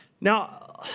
Now